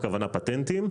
הכוונה פטנטים.